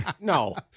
No